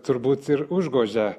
turbūt ir užgožia